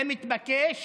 זה מתבקש